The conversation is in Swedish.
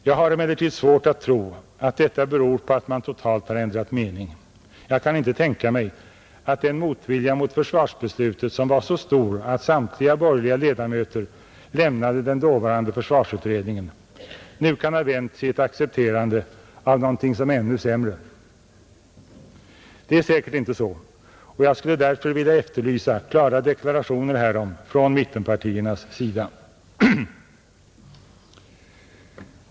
Jag har emellertid svårt att tro att detta beror på att man totalt har ändrat mening. Jag kan inte tänka mig att den motvilja mot försvarsbeslutet som var så stor att samtliga borgerliga ledamöter lämnade den dåvarande försvarsutredningen nu kan ha vänts i ett accepterande av någonting som är ännu sämre. Det är säkert inte så, och jag skulle därför vilja efterlysa klara deklarationer härom från mittenpartiernas sida.